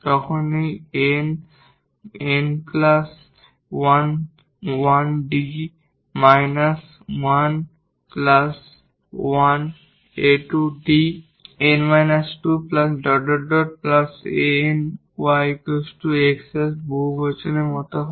তখন আমরা এই 𝑛 𝑛 𝑎1𝐷 − 1 𝑎2𝐷 𝑛 − 2 ⋯ 𝑎𝑛 y X এর পলিনোমিয়ালের মত হয়